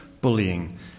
bullying